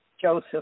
Joseph